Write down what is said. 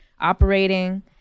operating